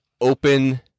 open